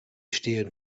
stehen